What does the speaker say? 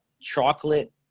chocolate